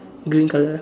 green colour